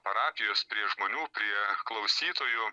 parapijos prie žmonių prie klausytojų